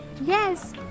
Yes